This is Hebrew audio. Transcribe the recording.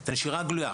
את הנשירה הגלויה,